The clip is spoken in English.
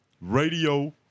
Radio